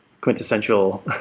quintessential